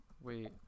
Wait